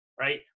right